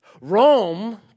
Rome